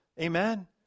Amen